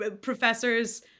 professors